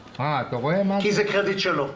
כי זה קרדיט שלו.